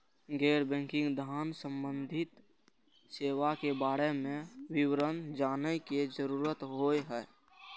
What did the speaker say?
गैर बैंकिंग धान सम्बन्धी सेवा के बारे में विवरण जानय के जरुरत होय हय?